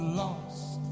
lost